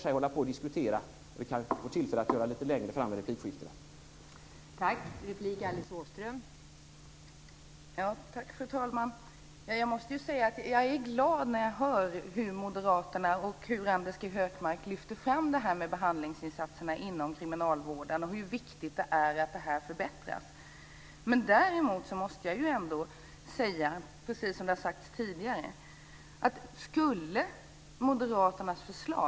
Vi får kanske tillfälle att lite längre fram i ett replikskifte fortsätta diskussionen.